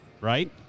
right